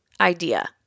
idea